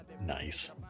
Nice